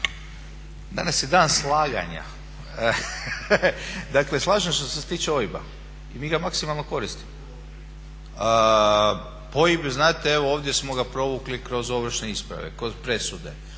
Danas je dan slaganja, dakle slažem se što se tiče OIB-a i mi ga maksimalno koristimo. OIB znate evo ovdje smo ga provukli kroz ovršne isprave, kod presude.